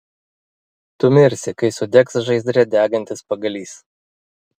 tu mirsi kai sudegs žaizdre degantis pagalys